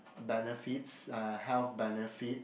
benefits uh health benefits